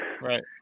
Right